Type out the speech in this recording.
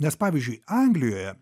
nes pavyzdžiui anglijoje